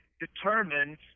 determines